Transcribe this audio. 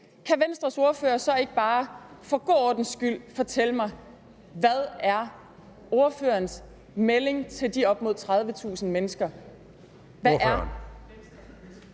kan Venstres ordfører så ikke bare for god ordens skyld fortælle mig, hvad ordførerens melding er til de op mod 30.000 mennesker.